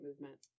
movement